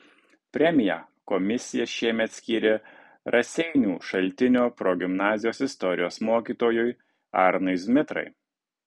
premiją komisija šiemet skyrė raseinių šaltinio progimnazijos istorijos mokytojui arnui zmitrai